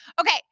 Okay